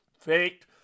faked